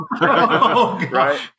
Right